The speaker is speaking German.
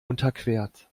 unterquert